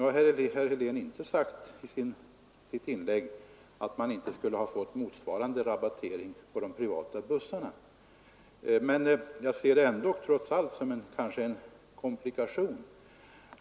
Herr Helén har i sitt inlägg inte sagt att man inte skulle ge motsvarande rabattering på de privata busslinjerna, men jag ser ändå detta som en komplikation.